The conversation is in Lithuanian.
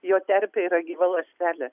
jo terpė yra gyva ląstelė